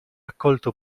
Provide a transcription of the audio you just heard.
accolto